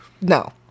No